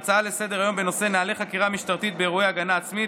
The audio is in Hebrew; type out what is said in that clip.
2. הצעה לסדר-היום בנושא: נוהלי חקירה משטרתית באירועי הגנה עצמית,